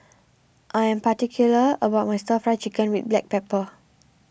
I am particular about my Stir Fry Chicken with Black Pepper